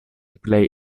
play